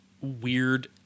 weird